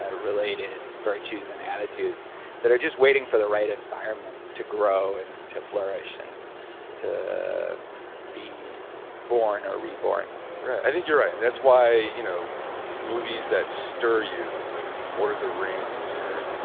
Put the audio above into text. ah related virtues and attitudes that are just waiting for the right environment to grow, and to flourish, and to be born or reborn i think you're right and that's why you know movies that stir you, like lord of the rings, or